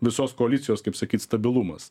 visos koalicijos kaip sakyt stabilumas